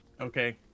Okay